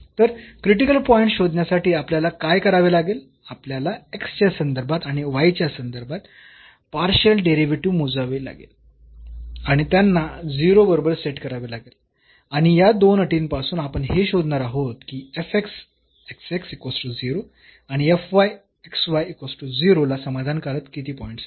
तर critical points शोधण्यासाठी आपल्याला काय करावे लागेल आपल्याला x च्या संदर्भात आणि y च्या संदर्भात पार्शियल डेरिव्हेटिव्ह मोजावे लागेल आणि त्यांना 0 बरोबर सेट करावे लागेल आणि या दोन अटींपासून आपण हे शोधणार आहोत की ला समाधानकारक किती पॉईंट्स आहेत